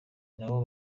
nabo